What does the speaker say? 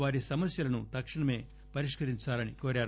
వారి సమస్యలను తక్షణమే పరిష్కరించాలని కోరారు